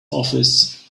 office